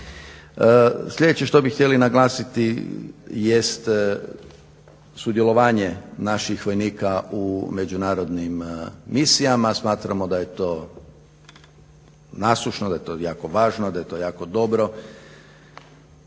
Sljedeće što bi htjeli naglasiti jest sudjelovanje naših vojnika u međunarodnim misijama. Smatramo da je to nasušno, da je to jako važno, da je to jako dobro.